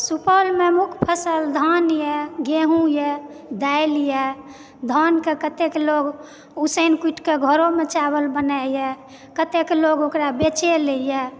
सुपौलमे मुख्य फसल धान यऽ गेहूँ यऽ दालि यऽ धानके कतेक लोग उसनि कूटिके घरोमे चावल बनाइए कतेक लोग ओकरा बेचे लयए